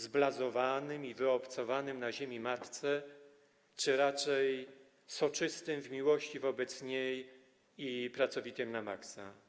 Zblazowanym i wyobcowanym na ziemi matce czy raczej soczystym w miłości wobec niej i pracowitym na maksa?